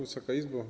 Wysoka Izbo!